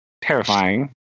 terrifying